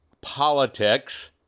politics